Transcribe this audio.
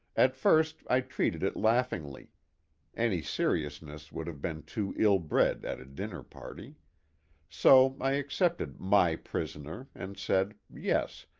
at first i treated it laughingly any seriousness would have been too ill-bred at a dinner-party so i accepted my prisoner and said yes,